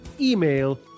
email